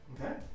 Okay